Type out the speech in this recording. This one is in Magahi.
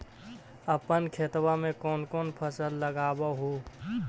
अपन खेतबा मे कौन कौन फसल लगबा हू?